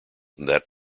that